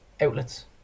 outlets